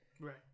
right